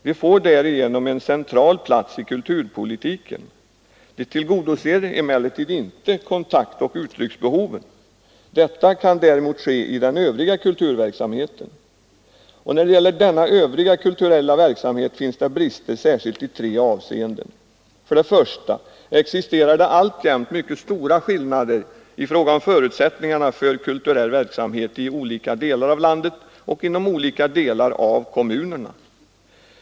De får därigenom en central plats i kulturpolitiken. De tillgodoser emellertid inte kontaktoch uttrycksbehoven. Detta kan däremot ske i den övriga kulturverksamheten. När det gäller denna övriga kulturella verksamhet finns det brister särskilt i tre avseenden. För det första existerar det alltjämt mycket stora skillnader i fråga om förutsättningarna för kulturell verksamhet i olika delar av landet och inom olika delar av kommunerna.